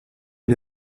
est